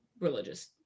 religious